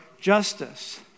justice